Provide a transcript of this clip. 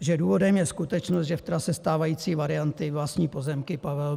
že důvodem je skutečnost, že v trase stávající varianty vlastní pozemky Pavel Bém.